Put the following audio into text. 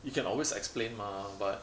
you can always explain mah but